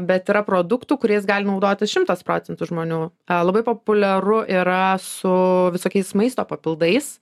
bet yra produktų kuriais gali naudotis šimtas procentų žmonių labai populiaru yra su visokiais maisto papildais